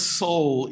soul